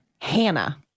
Hannah